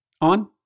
on